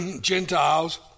Gentiles